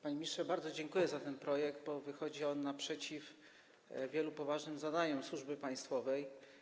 Panie ministrze, bardzo dziękuję za ten projekt, bo wychodzi on naprzeciw wielu poważnym zadaniom służby państwowej.